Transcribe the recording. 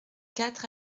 quatre